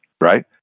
right